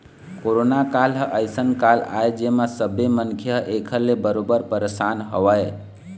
corona काल ह अइसन काल आय जेमा सब्बे मनखे ह ऐखर ले बरोबर परसान हवय